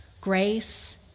Grace